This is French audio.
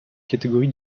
catégories